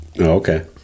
Okay